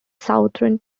southern